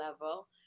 level